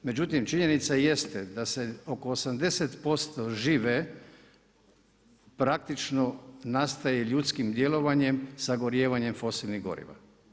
Međutim, činjenica jeste da se oko 80% žive praktično nastaje ljudskim djelovanjem sagorijevanjem fosilnih goriva.